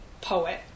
poet